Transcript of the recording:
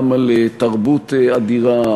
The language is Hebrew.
גם על תרבות אדירה,